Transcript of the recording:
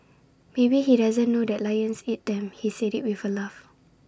maybe he doesn't know that lions eat them he said IT with A laugh